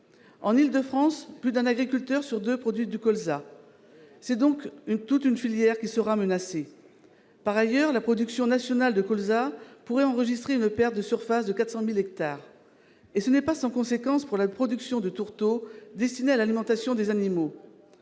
En Île-de-France, plus d'un agriculteur sur deux produit du colza. C'est donc toute une filière qui est menacée. La production nationale de colza pourrait enregistrer une perte de surface de 400 000 hectares. Cela ne sera pas sans conséquence sur la production de tourteaux, destinée à l'alimentation des animaux.